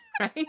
right